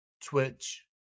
Twitch